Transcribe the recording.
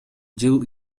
жыл